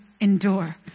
endure